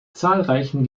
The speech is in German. zahlreichen